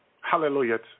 hallelujah